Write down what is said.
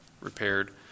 repaired